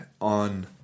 on